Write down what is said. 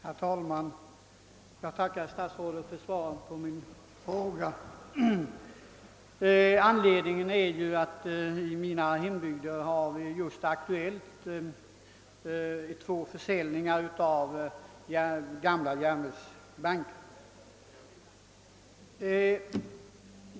Herr talman! Jag tackar statsrådet för svaret på min fråga. Anledningen till denna är att det i min hembygd just är aktuellt med två försäljningar av gamla järnvägsbankar.